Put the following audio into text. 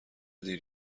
دیر